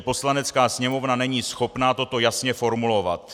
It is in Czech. Poslanecká sněmovna není schopná toto jasně formulovat.